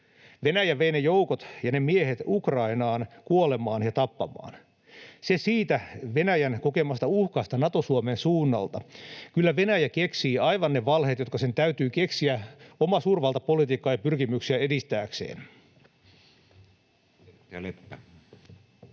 Venäjä vei ne joukot ja ne miehet Ukrainaan kuolemaan ja tappamaan. Se siitä Venäjän kokemasta uhkasta Nato-Suomen suunnalta. Kyllä Venäjä keksii aivan ne valheet, jotka sen täytyy keksiä omaa suurvaltapolitiikkaa ja omia pyrkimyksiä edistääkseen.